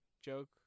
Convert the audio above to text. joke